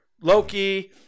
loki